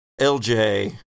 LJ